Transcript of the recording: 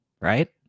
right